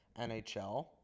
NHL